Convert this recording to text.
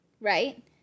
right